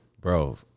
bro